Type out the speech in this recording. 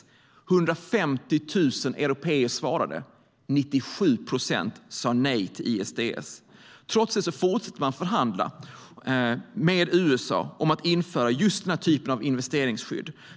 150 000 européer svarade. 97 procent sa nej till ISDS. Trots det fortsätter EU att förhandla med USA om att införa just den typen av investeringsskydd.